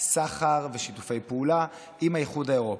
סחר ושיתופי פעולה עם האיחוד האירופי.